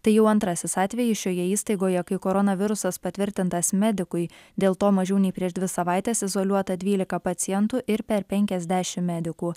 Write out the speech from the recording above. tai jau antrasis atvejis šioje įstaigoje kai koronavirusas patvirtintas medikui dėl to mažiau nei prieš dvi savaites izoliuota dvylika pacientų ir per penkiasdešimt medikų